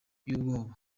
y’ubwoba